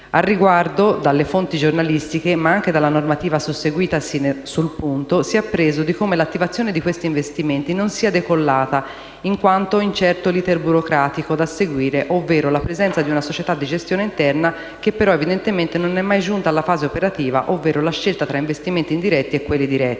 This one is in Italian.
Al riguardo, dalle fonti giornalistiche, ma anche dalla normativa susseguitasi sul punto, si è appreso di come l'attivazione di questi investimenti non sia decollata, in quanto incerto l'*iter* burocratico da seguire ovvero la presenza di una società di gestione interna che, però, evidentemente non è mai giunta alla fase operativa ovvero la scelta tra investimenti indiretti e quelli diretti,